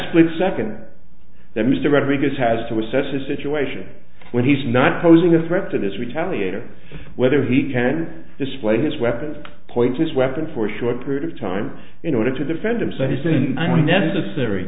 split second that mr rodriguez has to assess a situation when he's not posing a threat to this retaliate or whether he can display his weapons point to this weapon for a short period of time in order to defend him so he's in necessary